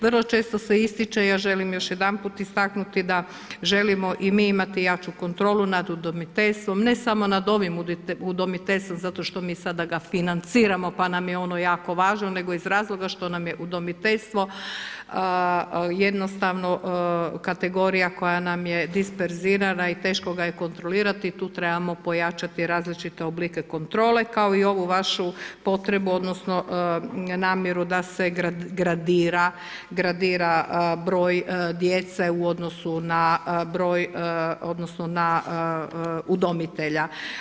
Vrlo često se ističe, ja želim još jedanput istaknuti da želimo i mi imati jaču kontrolu nad udomiteljstvom, ne samo nad ovim udomiteljstvom zato što mi sada ga financiramo pa nam je ono jako važno, nego iz razloga što nam je udomiteljstvo jednostavno kategorija koja nam je disperzirana i teško ga je kontrolirati, tu trebamo pojačati različite oblike kontrole, kao i ovu vašu potrebu, odnosno namjeru da se gradira broj djece u odnosu na broj, odnosno na udomitelja.